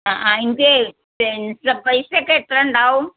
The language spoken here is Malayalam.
അ അ എൻ്റെ പെൻഷൻ പൈസയൊക്കെ എത്ര ഉണ്ടാവും